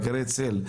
מאגרי צל.